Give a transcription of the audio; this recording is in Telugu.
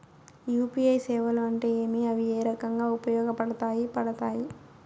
యు.పి.ఐ సేవలు అంటే ఏమి, అవి ఏ రకంగా ఉపయోగపడతాయి పడతాయి?